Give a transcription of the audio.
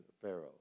pharaoh